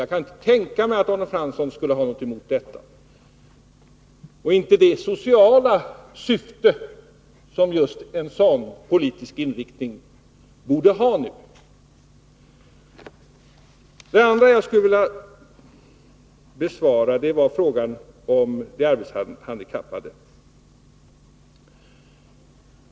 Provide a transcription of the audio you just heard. Jag kan inte tänka mig att Arne Fransson skulle ha något emot detta och inte heller det sociala syfte som just en sådan politisk inriktning borde ha. För det andra vill jag besvara frågan om de arbetshandikappade.